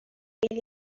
خیلی